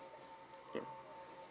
yup